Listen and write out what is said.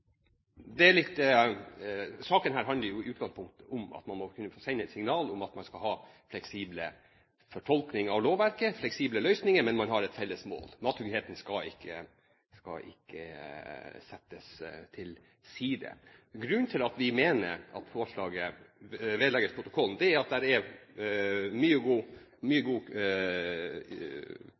saken handler jo i utgangspunktet om at man må kunne få sende et signal om at man skal ha en fleksibel fortolkning av lovverket, ha fleksible løsninger, men man har et felles mål: Mattryggheten skal ikke settes til side. Grunnen til at vi mener at forslaget skal vedlegges protokollen, er at det er mye god